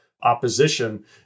opposition